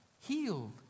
healed